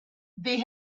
they